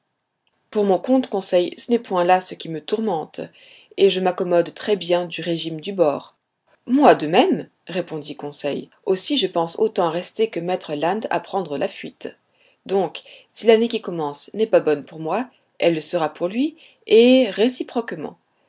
pour mon compte conseil ce n'est point là ce qui me tourmente et je m'accommode très bien du régime du bord moi de même répondit conseil aussi je pense autant à rester que maître land à prendre la fuite donc si l'année qui commence n'est pas bonne pour moi elle le sera pour lui et réciproquement